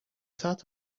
thought